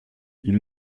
ils